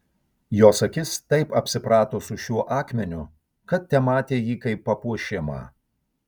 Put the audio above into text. jos akis taip apsiprato su šiuo akmeniu kad tematė jį kaip papuošimą